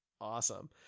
Awesome